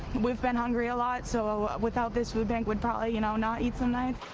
we've been hungry a lot. so without this food bank we'd probably you know not eat some nights.